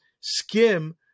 skim